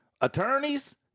attorneys